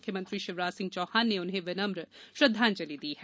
मुख्यमंत्री शिवराज सिंह चौहान ने उन्हें विनम्र श्रद्वांजलि दी है